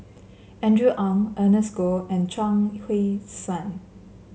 Andrew Ang Ernest Goh and Chuang Hui Tsuan